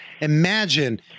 Imagine